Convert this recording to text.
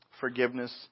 forgiveness